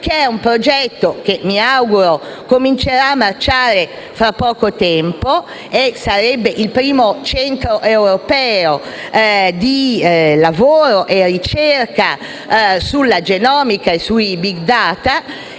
Technopole, che mi auguro comincerà a marciare tra poco tempo e sarebbe il primo centro europeo di lavoro e ricerca sulla genomica e sui *big data*.